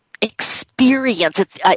experience